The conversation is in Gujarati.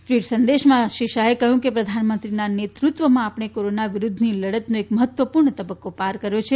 ટ્વીટ સંદેશમાં શ્રી શાહે કહ્યું કે પ્રધાનમંત્રીના નેતૃત્વમાં આપણે કોરોના વિરૂદ્ધની લડતનો એક મહત્વપૂર્ણ તબક્કો પાર કર્યો છે